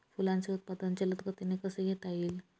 फुलांचे उत्पादन जलद गतीने कसे घेता येईल?